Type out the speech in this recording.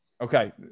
Okay